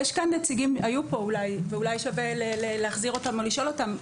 היו פה נציגים ואולי שווה להחזיר אותם או לשאול אותם.